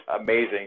amazing